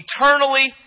eternally